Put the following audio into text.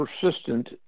persistent